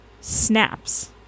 snaps